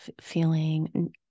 feeling